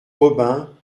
robin